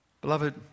beloved